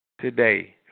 today